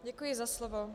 Děkuji za slovo.